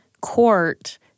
court